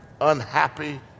unhappy